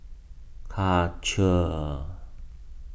Karcher